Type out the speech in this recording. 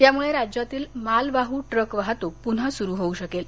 यामुळे राज्यातील मालवाह् ट्रकवाहतूक पुन्हा सुरु होऊ शकेल